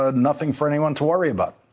ah nothing for anyone to worry about.